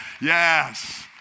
Yes